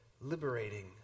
liberating